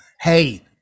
Hey